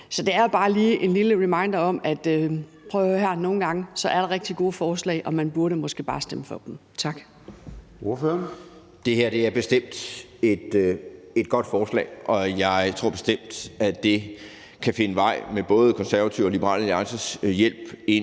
Så det er bare lige en lille reminder: Prøv at høre her, nogle gange er der rigtig gode forslag, og man burde måske bare stemme for dem. Tak.